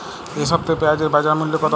এ সপ্তাহে পেঁয়াজের বাজার মূল্য কত?